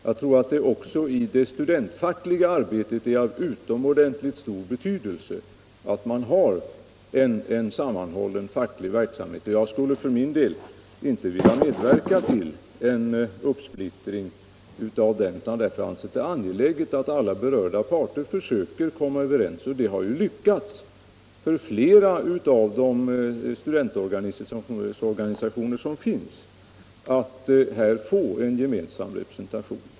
Jag tror att det också i det studentfackliga arbetet är av utomordentligt stor betydelse att man har en sammanhållen facklig verksamhet. Jag vill inte medverka till en uppsplittring av den. Därför anser jag det angeläget att alla berörda parter försöker komma överens. Flera av de studentorganisationer som finns har också lyckats få en gemensam representation.